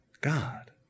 God